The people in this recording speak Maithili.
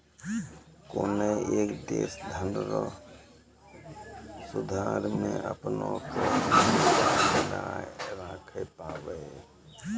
कोनय एक देश धनरो सुधार मे अपना क निष्पक्ष नाय राखै पाबै